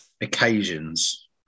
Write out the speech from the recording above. occasions